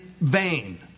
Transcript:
vain